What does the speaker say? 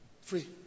Free